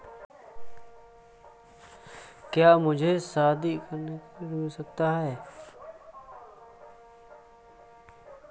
क्या मुझे शादी करने के लिए ऋण मिल सकता है?